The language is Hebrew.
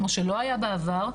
כמו שלא היה בעבר,